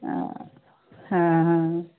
आं आं आं